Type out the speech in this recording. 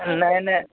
नहि नहि